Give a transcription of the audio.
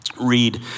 read